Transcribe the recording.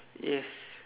yes